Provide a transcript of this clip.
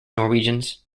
norwegians